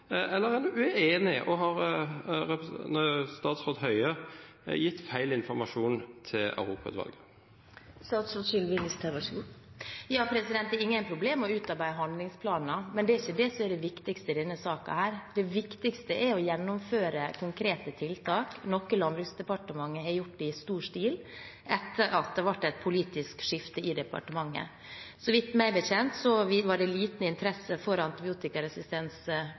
eller er hun uenig? Og har statsråd Høie gitt feil informasjon til Europautvalget? Det er ingen problemer med å utarbeide handlingsplaner, men det er ikke det som er det viktigste i denne saken. Det viktigste er å gjennomføre konkrete tiltak, noe Landbruksdepartementet har gjort i stor stil etter at det ble et politisk skifte i departementet. Meg bekjent var det liten interesse for